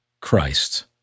Christ